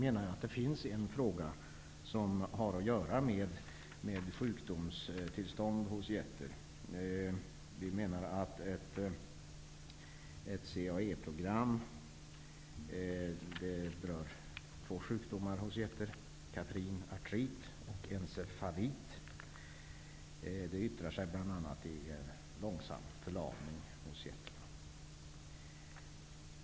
En fråga i sammanhanget har att göra med sjukdomstillstånd hos getter. Vi menar att det behövs ett CAE-program. Det berör två sjukdomar hos getter, caprin arthrit och encephalit, som yttrar sig bl.a. i en långsam förlamning hos getterna.